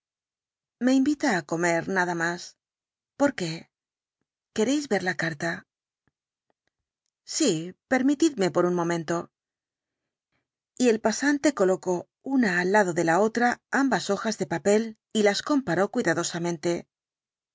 me invita á comer nada más por qué queréis ver la carta sí permitidme por un momento y el pasante colocó una al lado de la otra ambas hojas de papel y las comparó cuidadosamente